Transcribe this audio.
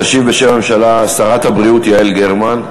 תשיב בשם הממשלה שרת הבריאות יעל גרמן.